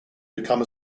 become